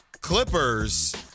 Clippers